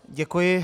Děkuji.